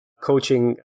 coaching